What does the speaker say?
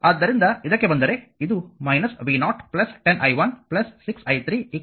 ಆದ್ದರಿಂದ ಇದಕ್ಕೆ ಬಂದರೆ ಇದು v0 10 i1 6 i3 0